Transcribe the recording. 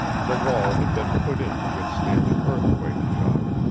the wall had been put in to withstand an earthquake shock.